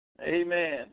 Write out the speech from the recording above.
Amen